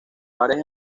bares